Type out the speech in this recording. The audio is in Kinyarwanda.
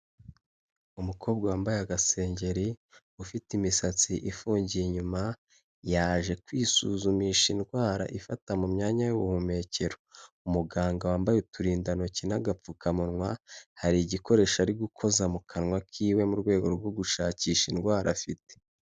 Umukobwa wambaye agaseri ufite imisatsi ifungiye inyuma yaje kwisuzumisha indwara ifata mu myanya y'ubuhumekero, umuganga wambaye uturindantoki n'agapfukamunwa hari igikoresho ari gukoza mu kanwa kiwe mu rwego rwo gushakisha indwara afite.